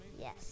Yes